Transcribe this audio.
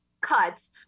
cuts